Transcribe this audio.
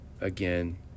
again